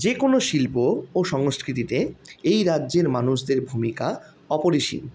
যেকোনও শিল্প ও সংস্কৃতিতে এই রাজ্যের মানুষদের ভূমিকা অপরিসীম